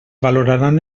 valoraran